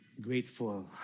Grateful